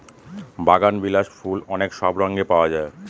বাগানবিলাস ফুল অনেক সব রঙে পাওয়া যায়